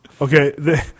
Okay